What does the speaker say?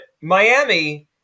Miami